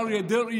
אריה דרעי,